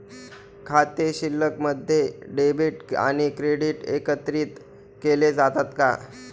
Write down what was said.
खाते शिल्लकमध्ये डेबिट आणि क्रेडिट एकत्रित केले जातात का?